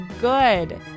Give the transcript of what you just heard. good